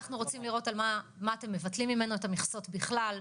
אנחנו רוצים לראות על מה אתם מבטלים ממנו את המכסות בכלל,